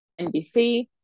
NBC